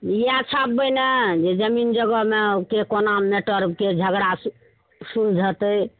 यऽ छापबै ने जे जमीन जगहमे की कोना मेटरके झगड़ा सुलझतै